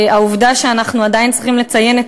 העובדה שאנחנו עדיין צריכים לציין את